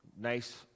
nice